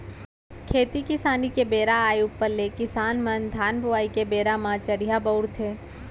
खेती किसानी के बेरा आय ऊपर ले किसान मन धान बोवई के बेरा म चरिहा बउरथे